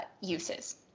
uses